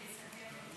ההצעה להעביר את